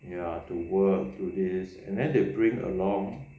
ya to work do this and then they bring along